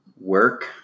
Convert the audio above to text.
Work